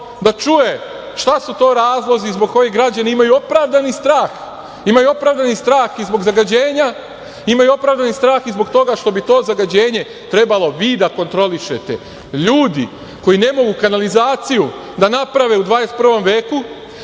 da čuje šta su to razlozi zbog kojih građani imaju opravdani strah i zbog zagađenja, imaju opravdani strah i zbog toga što bi to zagađenje trebalo vi da kontrolišete. Ljudi koji ne mogu kanalizaciju da naprave u 21. veku,